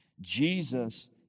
Jesus